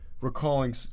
recalling